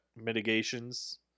mitigations